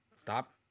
Stop